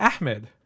Ahmed